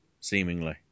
seemingly